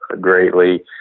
greatly